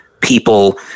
people